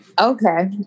Okay